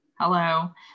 Hello